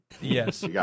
Yes